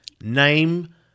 Name